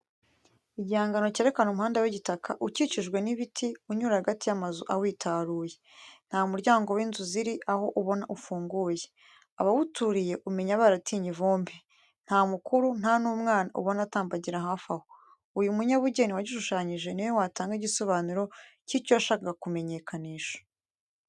Igihangano kerekana umuhanda w'igitaka, ukikijwe n'ibiti, unyura hagati y'amazu awitaruye. Nta muryango w'inzu ziri aho ubona ufunguye. Abawuturiye umenya baratinye ivumbi. Nta mukuru, nta n'umwana ubona atambagira hafi aho. Uyu mu nyabugeni wagishushanyije ni we watanga igisobanuro cy'icyo yashakaga kumenyekanisha.